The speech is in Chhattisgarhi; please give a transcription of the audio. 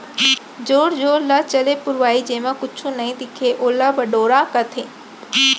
जोर जोर ल चले पुरवाई जेमा कुछु नइ दिखय ओला बड़ोरा कथें